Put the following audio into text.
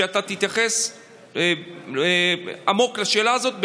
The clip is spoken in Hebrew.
שתתייחס לשאלה הזאת לעומק.